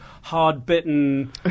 hard-bitten